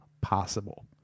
possible